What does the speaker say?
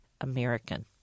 American